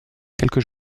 quelques